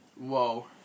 whoa